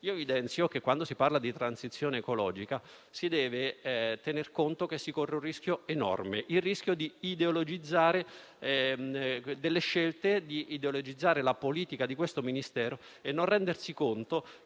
Evidenzio che quando si parla di transizione ecologica, si deve tener conto che si corre il rischio enorme di ideologizzare delle scelte e la politica di questo Ministero, senza rendersi conto